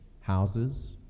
houses